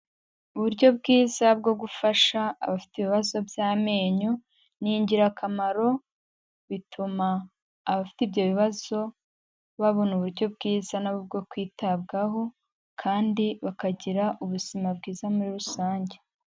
Uburyo bwiza bwo gufasha abafite ibibazo by'amenyo, ni ingirakamaro bituma abafite ibyo bibazo babona uburyo bwiza nabo bwo kwitabwaho kandi bakagira ubuzima bwiza muri rusange.